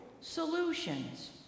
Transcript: solutions